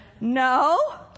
No